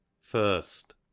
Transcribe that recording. first